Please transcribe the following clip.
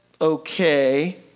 okay